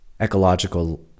ecological